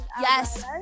Yes